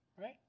right